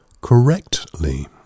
correctly